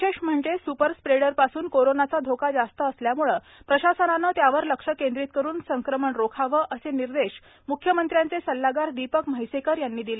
विशेष म्हणजे स्पर स्प्रेडर पासून कोरोनाचा धोका जास्त असल्यामुळे प्रशासनाने त्यावर लक्ष केंद्रित करून संक्रमण रोखावे असे निर्देश म्ख्यमंत्र्यांचे सल्लागार दीपक म्हप्रेकर यांनी दिले